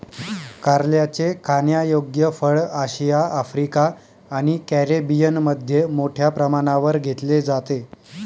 कारल्याचे खाण्यायोग्य फळ आशिया, आफ्रिका आणि कॅरिबियनमध्ये मोठ्या प्रमाणावर घेतले जाते